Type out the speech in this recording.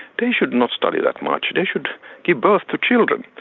they should not study that much. they should give birth to children,